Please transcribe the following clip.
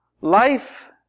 life